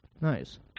nice